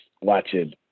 watching